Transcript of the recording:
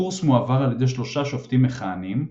הקורס מועבר על ידי שלושה שופטים מכהנים,